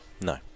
No